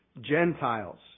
Gentiles